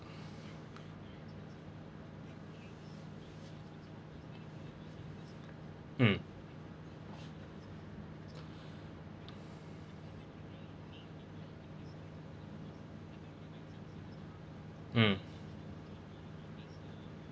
mm mm